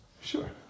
Sure